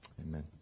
Amen